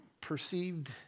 perceived